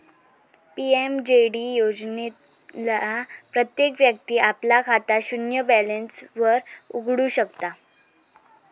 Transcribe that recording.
PMJD योजनेतना प्रत्येक व्यक्ती आपला खाता शून्य बॅलेंस वर उघडु शकता